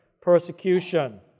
persecution